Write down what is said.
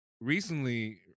recently